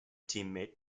teammate